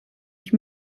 ich